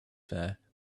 there